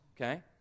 okay